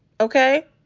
okay